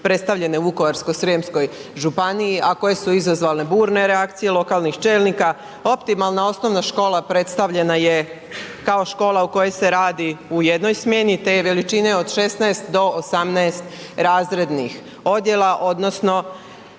predstavljene u Vukovarsko-srijemskoj županiji, a koje su izazvale burne reakcije lokalnih čelnika optimalna osnovna škola predstavljena je kao škola u kojoj se radi u jednoj smjeni te je veličine od 16 do 18 razrednih odjela odnosno